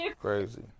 Crazy